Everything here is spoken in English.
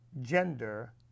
gender